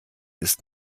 ist